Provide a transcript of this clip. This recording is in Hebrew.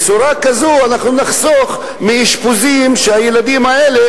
ובצורה כזו אנחנו נחסוך אשפוזים כשהילדים האלה